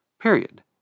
period